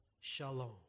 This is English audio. Shalom